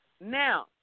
Now